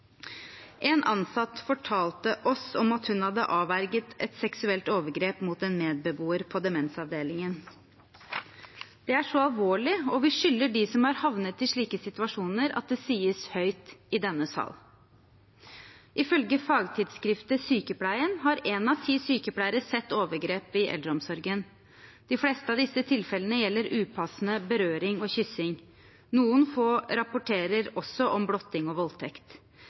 En ansatt fortalte oss at hun hadde avverget et seksuelt overgrep mot en medbeboer på demensavdelingen. Det er så alvorlig, og vi skylder dem som er havnet i slike situasjoner, at det sies høyt i denne sal. Ifølge fagtidsskriftet Sykepleien har én av ti sykepleiere sett overgrep i eldreomsorgen. De fleste av disse tilfellene gjelder upassende berøring og kyssing. Noen få rapporterer også om blotting og voldtekt.